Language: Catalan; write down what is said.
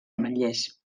ametllers